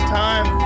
time